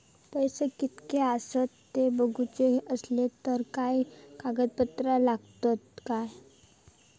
पैशे कीतके आसत ते बघुचे असले तर काय कागद पत्रा लागतात काय?